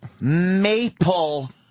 Maple